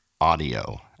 Audio